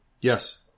Yes